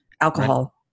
alcohol